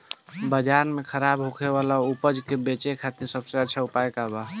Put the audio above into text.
बाजार में खराब होखे वाला उपज के बेचे खातिर सबसे अच्छा उपाय का बा?